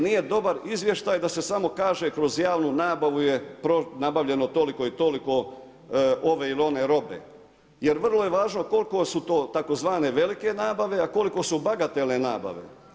Nije dobar izvještaj da se samo kaže kroz javnu nabavu je nabavljeno toliko i toliko ove ili one robe, jer vrlo je važno koliko su to tzv. velike nabave, a koliko su bagatelne nabave.